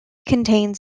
contains